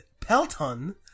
Pelton